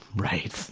right.